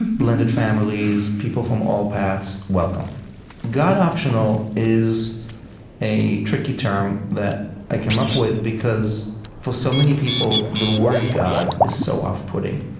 blended families, people from all paths welcome god-optional is a tricky term that i came up with because for so many people, the word god is so off-putting,